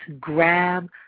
grab